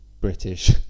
British